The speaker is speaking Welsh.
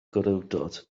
gwrywdod